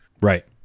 Right